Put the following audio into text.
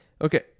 Okay